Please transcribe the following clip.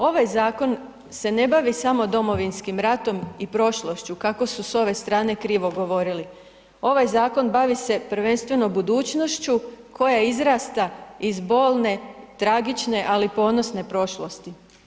Ovaj zakon se ne bavi samo Domovinskim ratom i prošlošću kako su s ove strane krivo govorili, ovaj zakon bavi se prvenstveno budućnošću koja izrasta iz bolne, tragične ali ponosne prošlost.